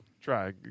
Try